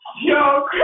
yo